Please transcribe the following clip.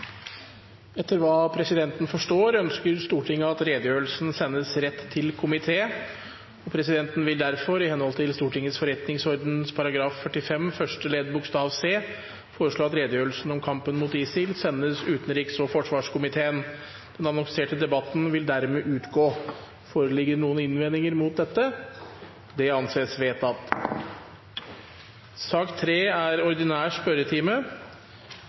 Etter hva presidenten forstår, ønsker Stortinget at redegjørelsen sendes rett til komité. Presidenten vil derfor, i henhold til Stortingets forretningsorden § 45 første ledd bokstav c, foreslå at redegjørelsen om kampen mot ISIL sendes utenriks- og forsvarskomiteen. Den annonserte debatten vil dermed utgå. Foreligger det noen innvendinger mot dette? – Det anses vedtatt.